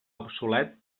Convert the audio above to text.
obsolet